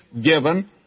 given